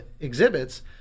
exhibits